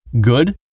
Good